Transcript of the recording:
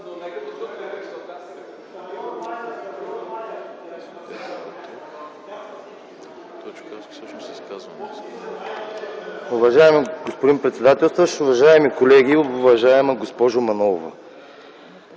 Уважаеми господин председателстващ, уважаеми колеги! Уважаема госпожо Манолова,